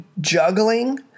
juggling